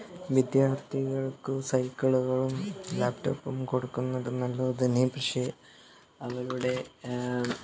വിദ്യാർത്ഥികൾക്ക് സൈക്കിളുകളും ലാപ്ടോപ്പും കൊടുക്കുന്നത് നല്ലത് തന്നെ പക്ഷേ അവരുടെ